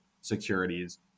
securities